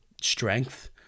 strength